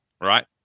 Right